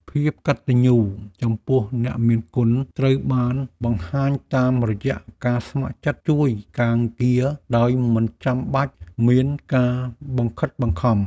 ភាពកតញ្ញូចំពោះអ្នកមានគុណត្រូវបានបង្ហាញតាមរយៈការស្ម័គ្រចិត្តជួយការងារដោយមិនចាំបាច់មានការបង្ខិតបង្ខំ។